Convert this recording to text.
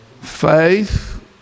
Faith